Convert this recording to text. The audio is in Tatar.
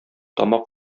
тамак